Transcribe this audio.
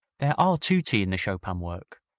there are tutti in the chopin work,